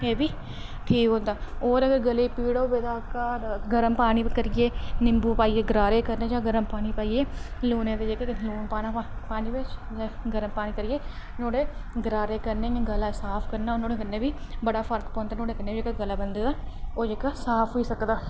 ऐ बी ठीक होंदा और अगर गले गी पीड़ होऐ तां घर गर्म पानी करियै निम्बू पाइयै गरारे करने जां गर्म पानी पाइयै लूने दे जेह्के लून पाना पानी बिच्च ते गर्म पानी करियै नुआढ़े गरारे करने इ'यां गला साफ करना नुआढ़े कन्नै बी बड़ा फर्क पौंदा नुआढ़े कन्नै बी जेह्का गला बंदे दा जेह्का साफ होई सकदा